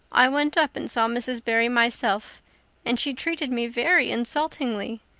i went up and saw mrs. barry myself and she treated me very insultingly.